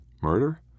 murder